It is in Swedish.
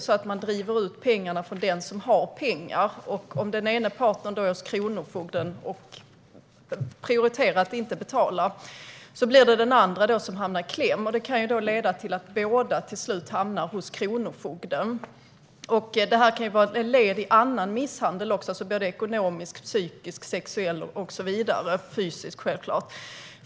Pengar drivs in från den som har pengar. Om den ena partnern finns hos kronofogden och inte prioriterar att betala hamnar den andra i kläm. Detta kan leda till att båda till slut hamnar hos kronofogden. Detta agerande kan vara ett led i annan misshandel - ekonomisk, psykisk, sexuell, fysisk och så vidare.